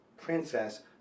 princess